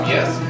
Yes